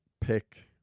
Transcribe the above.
pick